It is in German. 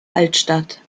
altstadt